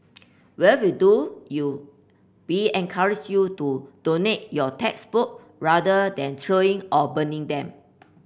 whatever you do you we encourage you to donate your textbook rather than throwing or burning them